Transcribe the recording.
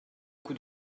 coup